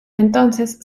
entonces